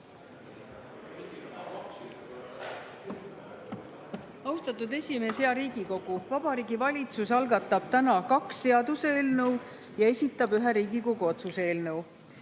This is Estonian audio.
Austatud esimees! Hea Riigikogu! Vabariigi Valitsus algatab täna kaks seaduseelnõu ja esitab ühe Riigikogu otsuse eelnõu.